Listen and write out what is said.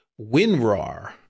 WinRAR